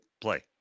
play